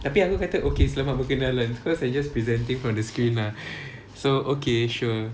tapi aku kata okay selamat berkenalan because I just presenting from the screen lah so okay sure